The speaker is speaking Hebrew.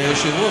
היושב-ראש,